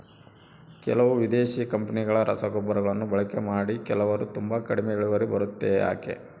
ಕೆಲವು ವಿದೇಶಿ ಕಂಪನಿಗಳ ರಸಗೊಬ್ಬರಗಳನ್ನು ಬಳಕೆ ಮಾಡಿ ಕೆಲವರು ತುಂಬಾ ಕಡಿಮೆ ಇಳುವರಿ ಬರುತ್ತೆ ಯಾಕೆ?